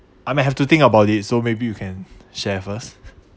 I may have to think about it so maybe you can share first